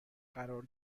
قرار